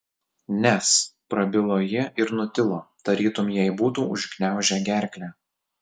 nes prabilo ji ir nutilo tarytum jai būtų užgniaužę gerklę